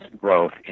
growth